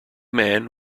man